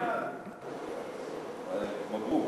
אילן, מברוכ.